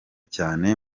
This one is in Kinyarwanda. cyane